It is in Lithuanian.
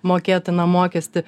mokėtiną mokestį